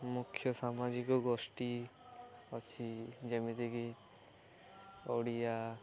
ମୁଖ୍ୟ ସାମାଜିକ ଗୋଷ୍ଠୀ ଅଛି ଯେମିତିକି ଓଡ଼ିଆ